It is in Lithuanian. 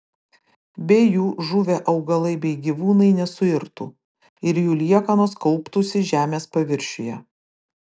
be jų žuvę augalai bei gyvūnai nesuirtų ir jų liekanos kauptųsi žemės paviršiuje